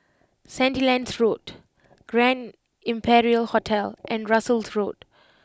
Sandilands Road Grand Imperial Hotel and Russels Road